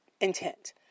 intent